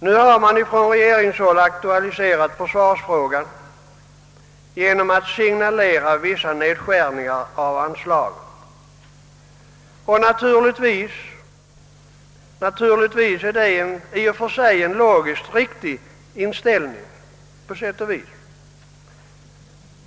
Nu har man från regeringshåll aktualiserat försvarsfrågan genom att signalera vissa nedskärningar av anslagen. Naturligtvis är det i och för sig en logiskt riktig inställning på sätt och vis.